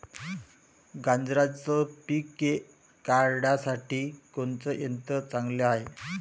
गांजराचं पिके काढासाठी कोनचे यंत्र चांगले हाय?